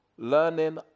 Learning